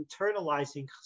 internalizing